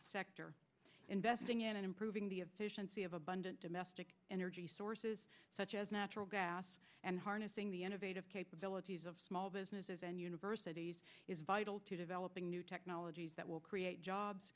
sector investing in improving the efficiency of abundant domestic energy sources such as natural gas and harnessing the innovative capabilities of small business and universities is vital to developing new technologies that will create jobs